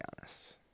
honest